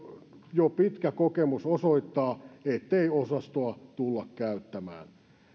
jo pitkä kokemus osoittaa ettei osastoa tulla käyttämään